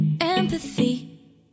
Empathy